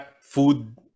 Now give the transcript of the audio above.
food